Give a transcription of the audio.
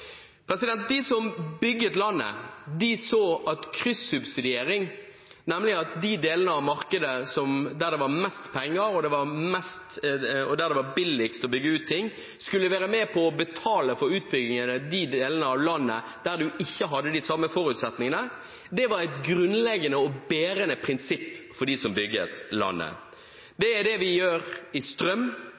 De som bygde landet, så at de delene av markedet der det var mest penger og billigst å bygge ut ting, skulle være med på å betale for utbygging i de delene av landet der man ikke hadde de samme forutsetningene, såkalt kryssubsidiering. Det var et grunnleggende og bærende prinsipp for dem som bygde landet. Det er det vi gjør når det gjelder strøm,